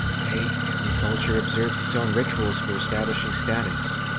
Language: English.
hey, every culture observes its own rituals for establishing status.